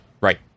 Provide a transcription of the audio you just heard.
Right